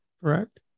correct